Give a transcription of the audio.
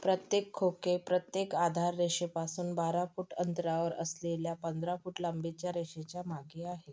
प्रत्येक खोके प्रत्येक आधाररेषेपासून बारा फूट अंतरावर असलेल्या पंधरा फूट लांबीच्या रेषेच्या मागे आहे